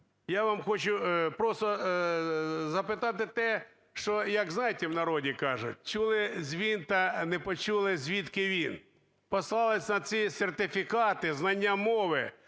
я вам хочу просто запитати те, що, як знаєте, в народі кажуть: "Чув дзвін, та не почув звідки він". Послались на ці сертифікати знання мови.